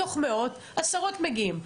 מתוך מאות רק עשרות מגיעים.